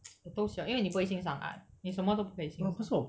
我都说因为你不会欣赏 art 你什么都不可以欣赏